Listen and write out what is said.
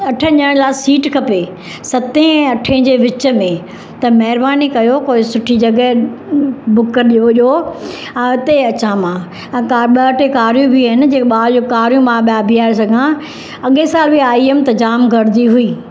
अठ ॼणनि लाइ सीट खपे सते ऐं अठे जे विच में त महिरबानी कयो कोई सुठी जॻह बुक करे ॾियो हा ते अचा मां ऐं कार ॿ टे कारियूं बि आहिनि जे भाउ जो कारियूं मां ॿाहिरि बीहारण सघां अॻिए साल बि आई हुअमि त जाम गर्दी हुई